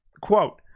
Quote